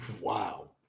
Wow